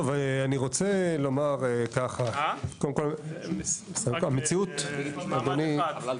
טוב, אני רוצה לומר ככה: המציאות, אדוני